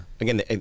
again